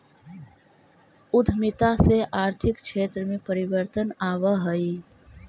उद्यमिता से आर्थिक क्षेत्र में परिवर्तन आवऽ हई